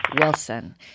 Wilson